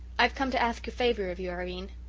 i have come to athk a favour of you, irene.